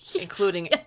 including